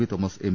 V Thomas M